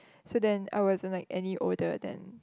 so then I wasn't like any older than